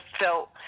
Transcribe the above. felt